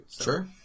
Sure